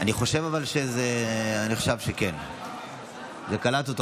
אני חושב שכן, ההצבעה נקלטה.